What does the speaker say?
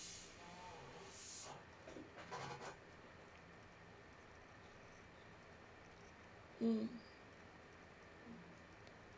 mm